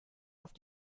auf